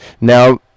now